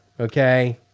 okay